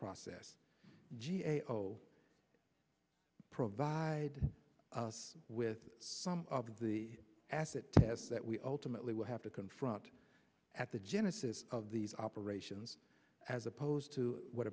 process g a o provide us with some of the acid tests that we ultimately will have to confront at the genesis of these operations as opposed to what